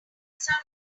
sound